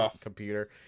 computer